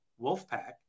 Wolfpack